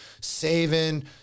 saving